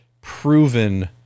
proven